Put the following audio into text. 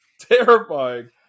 Terrifying